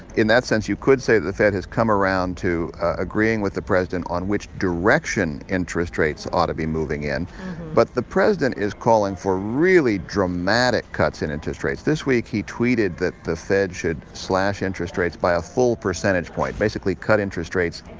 in that sense, you could say that the fed has come around to agreeing with the president on which direction interest rates ought to be moving in but the president is calling for really dramatic cuts in interest rates. this week, he tweeted that the fed should slash interest rates by a full percentage point basically, cut interest rates,